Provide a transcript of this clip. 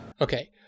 Okay